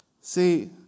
See